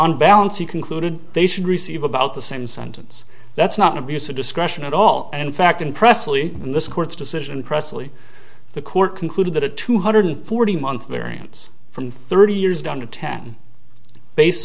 on balance he concluded they should receive about the same sentence that's not an abuse of discretion at all and in fact in pressley in this court's decision pressley the court concluded that a two hundred forty month variance from thirty years down to ten based